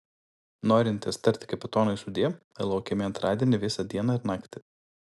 norintys tarti kapitonui sudie laukiami antradienį visą dieną ir naktį